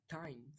time